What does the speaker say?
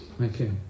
Okay